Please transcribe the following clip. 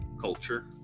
culture